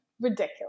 ridiculous